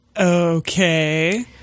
Okay